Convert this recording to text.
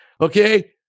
Okay